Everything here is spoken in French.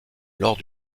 lors